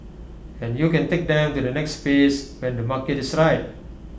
and you can take them to the next phase when the market is right